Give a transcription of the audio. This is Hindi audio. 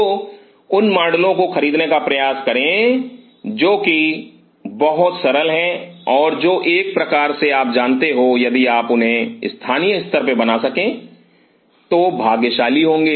तो उन मॉडलों को खरीदने का प्रयास करें जो कि बहुत सरल है और जो कि एक प्रकार से आप जानते हो यदि आप उन्हें स्थानीय स्तर पर बना सकें तो भाग्यशाली होंगे